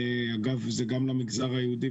אגב, זה גם למגזר היהודי.